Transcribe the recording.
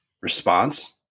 response